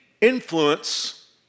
influence